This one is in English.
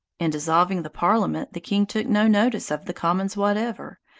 in dissolving the parliament the king took no notice of the commons whatever,